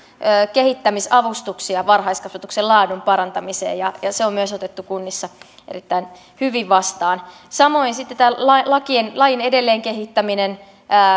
kehittämisavustuksia varhaiskasvatuksen laadun parantamiseen ja se on myös otettu kunnissa erittäin hyvin vastaan samoin sitten lain edelleen kehittäminen